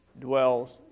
dwells